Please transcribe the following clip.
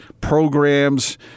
programs